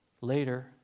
Later